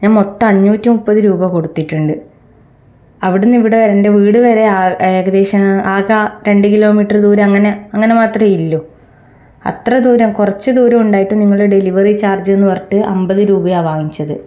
ഞാൻ മൊത്തം അഞ്ഞൂറ്റി മുപ്പത് രൂപ കൊടുത്തിട്ടുണ്ട് അവിടെ നിന്നു ഇവിടെ എൻ്റെ വീടു വരെ ഏകദേശം ആകെ രണ്ട് കിലോ മീറ്റർ ദൂരം അങ്ങനെ അങ്ങനെ മാത്രമേ ഉള്ളൂ അത്രയും ദൂരം കുറച്ച് ദൂരം ഉണ്ടായിട്ടും നിങ്ങൾ ഡെലിവറി ചാർജ്ജെന്നു പറഞ്ഞിട്ട് അൻപതു രൂപയാണ് വാങ്ങിച്ചത്